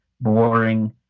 boring